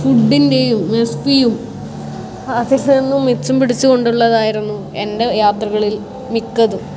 ഫുഡിൻ്റെയും mess ഫീയും അതിൽ നിന്ന് മിച്ചം പിടിച്ചു കൊണ്ടുള്ളതായിരുന്നു എൻ്റെ യാത്രകളിൽ മിക്കതും